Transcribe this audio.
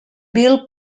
bill